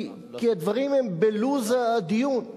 כי הדברים הם בלוז הדיון,